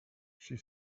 she